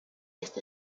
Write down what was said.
esta